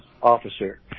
Officer